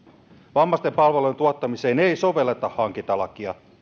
vammaisten palvelujen tuottamiseen ei sovelleta hankintalakia